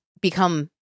become